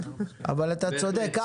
צודק.